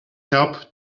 help